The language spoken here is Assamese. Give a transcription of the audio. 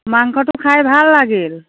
মাংসটো খাই ভাল লাগিল